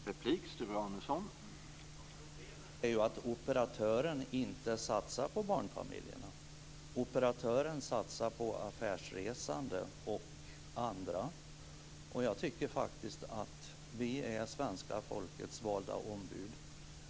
Herr talman! Problemet är ju att operatören inte satsar på barnfamiljerna. Operatören satsar på affärsresande och andra. Vi är svenska folkets valda ombud.